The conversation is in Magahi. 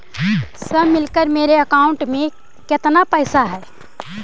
सब मिलकर मेरे अकाउंट में केतना पैसा है?